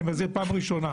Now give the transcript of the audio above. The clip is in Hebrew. אני מזהיר פעם ראשונה.